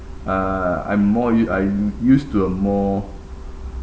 uh I'm more y~ I'm used to a more